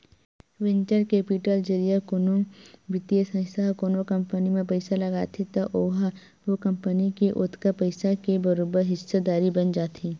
venture capital जरिए कोनो बित्तीय संस्था ह कोनो कंपनी म पइसा लगाथे त ओहा ओ कंपनी के ओतका पइसा के बरोबर हिस्सादारी बन जाथे